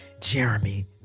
Jeremy